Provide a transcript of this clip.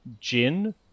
gin